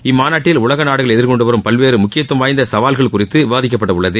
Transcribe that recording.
இம்மாநாட்டில் உலக நாடுகள் எதிர்கொண்டு வரும் பல்வேறு முக்கியத்துவம் வாய்ந்த சவால்கள் குறித்து விவாதிக்கப்பட உள்ளது